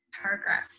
paragraph